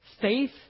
faith